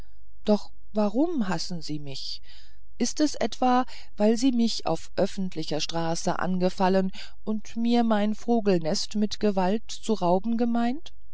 doch warum hassen sie mich ist es etwa weil sie mich auf öffentlicher straße angefallen und mir mein vogelnest mit gewalt zu rauben gemeint